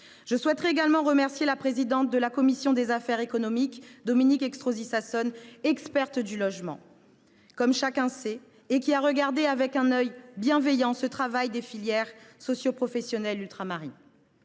Je souhaite remercier également la présidente de la commission des affaires économiques, Mme Dominique Estrosi Sassone, experte du logement, comme chacun le sait, qui a examiné avec un œil bienveillant ce travail des filières socioprofessionnelles ultramarines.